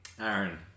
Aaron